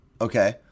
Okay